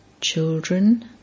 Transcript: Children